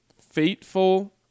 fateful